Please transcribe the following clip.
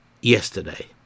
yesterday